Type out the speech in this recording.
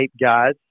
guys